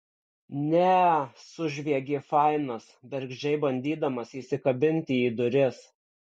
ne sužviegė fainas bergždžiai bandydamas įsikabinti į duris